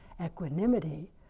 equanimity